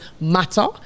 matter